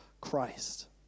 Christ